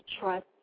trust